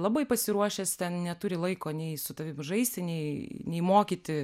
labai pasiruošęs ten neturi laiko nei su tavim žaisti nei nei mokyti